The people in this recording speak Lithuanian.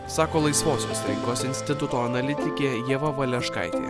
sako laisvosios rinkos instituto analitikė ieva valeškaitė